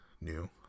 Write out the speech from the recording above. new